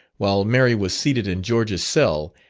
while mary was seated in george's cell,